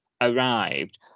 arrived